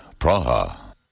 Praha